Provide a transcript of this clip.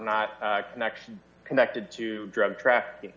not connection connected to drug trafficking